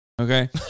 Okay